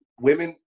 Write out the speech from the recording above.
women